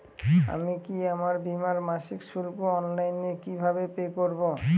আমি কি আমার বীমার মাসিক শুল্ক অনলাইনে কিভাবে পে করব?